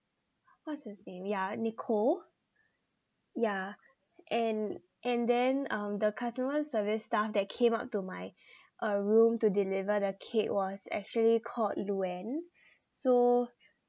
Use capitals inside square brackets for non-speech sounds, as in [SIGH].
what's his name yeah nicole yeah and and then um the customer service staff that came up to my [BREATH] uh room to deliver the cake was actually called luwen so